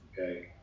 okay